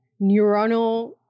neuronal